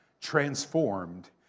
transformed